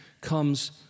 comes